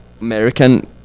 American